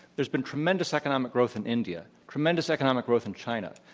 there's been tremendous economic growth in india. tremendous economic growth in china.